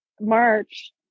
march